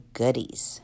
goodies